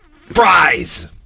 fries